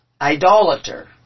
idolater